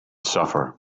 suffer